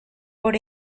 por